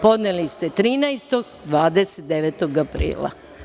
Podneli ste 13, 29. aprila.